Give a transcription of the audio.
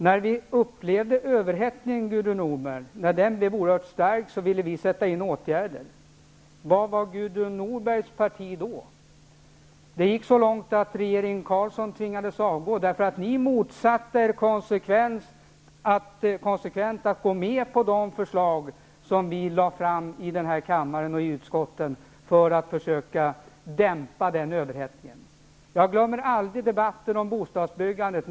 När överhettningen blev oerhört stark, Gudrun Norberg, ville vi sätta in åtgärder. Var fanns Gudrun Norbergs parti då? Det gick så långt att regeringen Carlsson tvingades avgå, eftersom ni konsekvent motsatte er att gå med på de förslag som vi lade fram i den här kammaren och i utskotten för att försöka dämpa överhettningen. Jag glömmer aldrig debatten om bostadsbyggandet.